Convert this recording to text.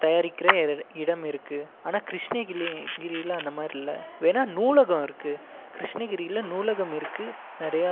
தயாரிக்கிற இடம் இருக்கு ஆனால் கிருஷ்ணகிரி கிரியில் அந்த மாதிரி இல்லை வேணா நூலகம் இருக்கு கிருஷ்ணகிரியில் நூலகம் இருக்கு நிறைய